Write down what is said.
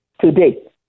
today